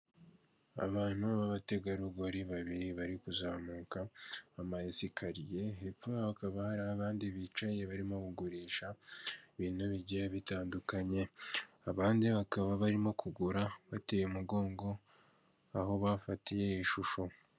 Uyu ni umwe mu mihanda ishobora kuba igaragara mu Rwanda, aho bagaragaza agace imodoka nk'izitwaye abagenzi cyangwa se n'izitwara imizigo zishobora kuba zahagarara umwanya muto mu gihe cy'akaruhuko.